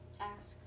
Ask